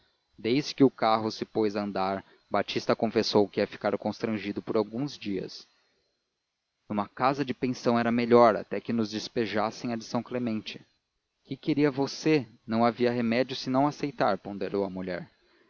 desde que o carro se pôs a andar batista confessou que ia ficar constrangido por alguns dias numa casa de pensão era melhor até que nos despejassem a de são clemente que queria você não havia remédio senão aceitar ponderou a mulher